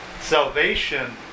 Salvation